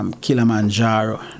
Kilimanjaro